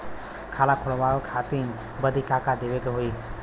खाता खोलावे बदी का का देवे के होइ?